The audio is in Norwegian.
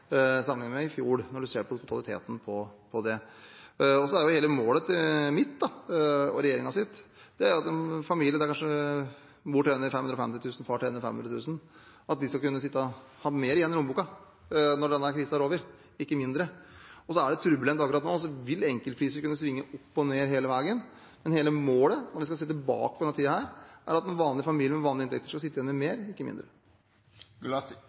med i fjor. Mitt og regjeringens mål er at en familie hvor mor kanskje tjener 550 000 kr og far tjener 500 000 kr, skal ha mer igjen i lommeboken når denne krisen er over, ikke mindre. Det er turbulent akkurat nå, og enkeltpriser vil kunne svinge opp og ned hele veien, men hele målet – når vi skal se tilbake på denne tiden – er at en vanlig familie med vanlige inntekter skal sitte igjen med mer, ikke mindre.